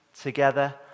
together